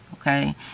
Okay